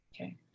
okay